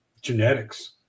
genetics